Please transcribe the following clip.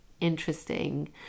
interesting